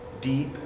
deep